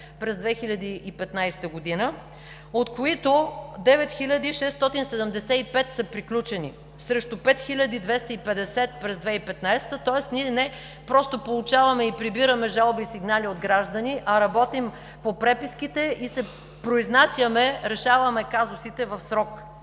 през 2015 г., от които 9675 са приключени срещу 5250 през 2015 г. Тоест ние не просто получаваме и прибираме жалби и сигнали от граждани, а работим по преписките и се произнасяме, решаваме казусите в срок.